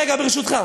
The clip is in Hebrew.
רגע, ברשותך.